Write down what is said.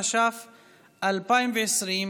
התש"ף 2020,